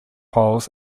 holes